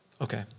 Okay